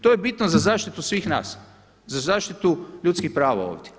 To je bitno za zaštitu svih nas, za zaštitu ljudskih prava ovdje.